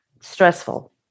stressful